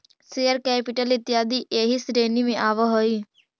share capital इत्यादि एही श्रेणी में आवऽ हई